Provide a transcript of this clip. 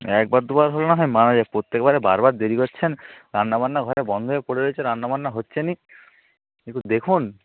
একবার দুবার হলে না হয় মানা যায় প্রত্যেকবারে বারবার দেরি করছেন রান্না বান্না ঘরে বন্ধ হয়ে পড়ে রয়েছে রান্না বান্না হচ্ছে না একটু দেখুন